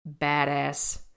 badass